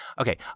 okay